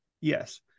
Yes